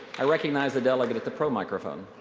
i recognize the delegate at the pro microphone.